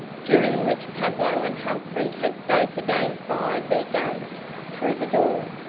during which pablo and humphrey had both again fired their guns through the door,